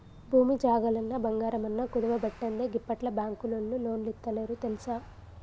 భూమి జాగలన్నా, బంగారమన్నా కుదువబెట్టందే గిప్పట్ల బాంకులోల్లు లోన్లిత్తలేరు తెల్సా